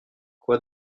quoi